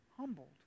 humbled